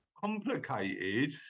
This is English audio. Complicated